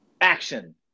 Action